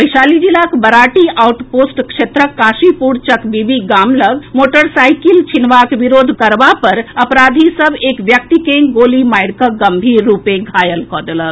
वैशाली जिलाक Barati outpost क्षेत्रक काशीपुरचक बीबी गाम लऽग मोटरसाईकिल छिनबाक विरोध करबा पर अपराधी सभ एक व्यक्ति के गोली मारि कऽ गम्भीर रूपे घायल कऽ देलक